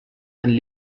and